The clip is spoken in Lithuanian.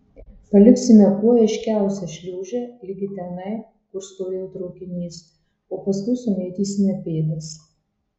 paliksime kuo aiškiausią šliūžę ligi tenai kur stovėjo traukinys o paskui sumėtysime pėdas